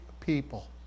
people